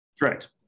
Correct